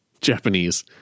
Japanese